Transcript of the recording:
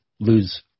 lose